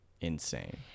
insane